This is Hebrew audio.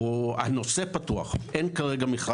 הנושא פתוח, אין כרגע מכרז.